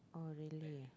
oh really ah